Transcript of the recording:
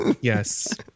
Yes